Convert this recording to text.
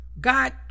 God